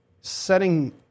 setting